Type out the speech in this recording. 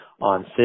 on